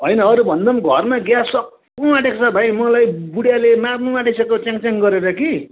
होइन अरू भन्दा पनि घरमा ग्यास सक्नु आँटेको छ भाइ मलाई बुढियाले मार्नु आँटिसक्यो च्याङ च्याङ गरेर कि